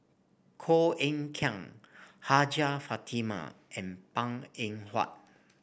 Koh Eng Kian Hajjah Fatimah and Png Eng Huat